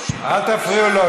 אל תפריעו לו,